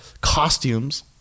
costumes